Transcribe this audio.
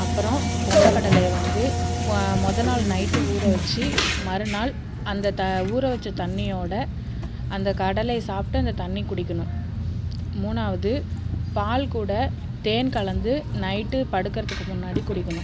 அப்புறம் கொண்ட கடலைய வந்து முதல் நாள் நைட்டு ஊற வச்சு மறுநாள் அந்த த அந்த ஊற வச்ச தண்ணியோட அந்த கடலைய சாப்பிட்டு அந்த தண்ணி குடிக்கணும் மூணாவது பால் கூட தேன் கலந்து நைட்டு படுக்கிறதுக்கு முன்னாடி குடிக்கணும்